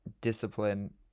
discipline